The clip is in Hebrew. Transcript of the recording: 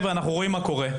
חבר'ה אנחנו רואים מה קורה.